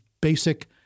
basic